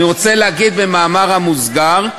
אני רוצה להגיד במאמר מוסגר,